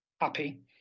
happy